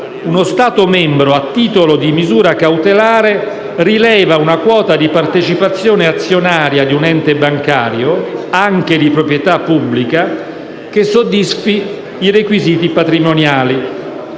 uno Stato membro rileva una quota di partecipazione azionaria di un ente bancario, anche di proprietà pubblica, che soddisfa i suoi requisiti patrimoniali.